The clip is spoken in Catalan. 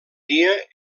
dia